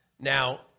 Now